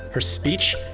her speech,